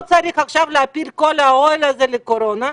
לא צריך להטיל את כל העול הזה לקורונה.